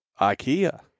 IKEA